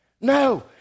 No